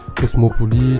cosmopolite